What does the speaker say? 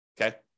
Okay